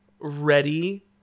ready